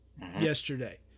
yesterday